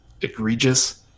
egregious